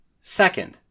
Second